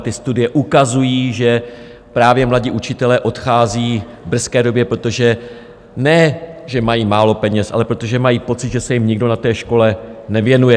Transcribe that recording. Ty studie ukazují, že právě mladí učitelé odcházejí v brzké době, protože ne že mají málo peněz, ale protože mají pocit, že se jim nikdo na té škole nevěnuje.